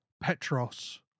petros